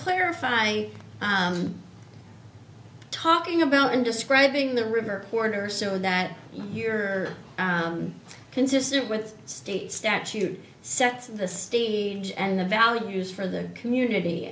clarifying talking about and describing the reverse order so that you are consistent with state statute sets the state and the values for the community